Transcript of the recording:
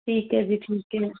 ਠੀਕ ਹੈ ਜੀ ਠੀਕ ਹੈ